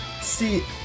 See